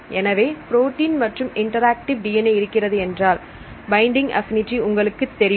எனவே புரோட்டீன் மற்றும் interactive DNA இருக்கிறது என்றால் பைண்டிங் அப்பினிடி உங்களுக்குத் தெரியும்